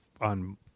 on